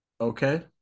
Okay